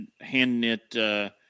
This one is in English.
hand-knit